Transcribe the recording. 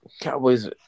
Cowboys